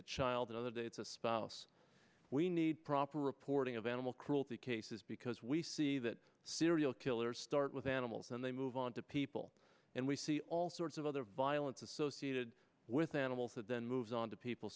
a child another day it's a spouse we need proper reporting of animal cruelty cases because we see that serial killers start with animals and they move on to people and we see all sorts of other violence associated with animals that then moves on to people